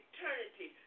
Eternity